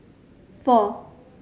four